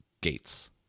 gates